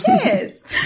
Cheers